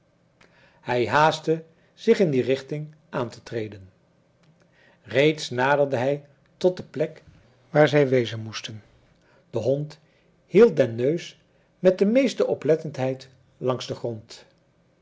hij haastte zich in die richting aan te treden reeds naderde hij tot de plek waar zij wezen moesten de hond hield den neus met de meeste oplettendheid langs den grond